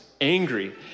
angry